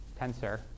tensor